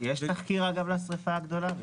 יש תחקיר לשריפה הגדולה?